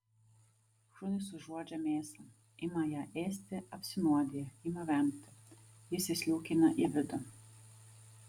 šunys užuodžia mėsą ima ją ėsti apsinuodija ima vemti jis įsliūkina į vidų